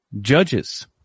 judges